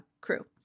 crew